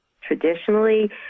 traditionally